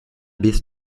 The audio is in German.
bis